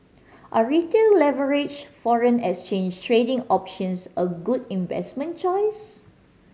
are Retail leveraged foreign exchange trading options a good investment choice